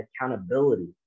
accountability